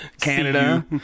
Canada